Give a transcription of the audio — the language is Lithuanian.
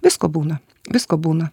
visko būna visko būna